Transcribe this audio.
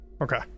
Okay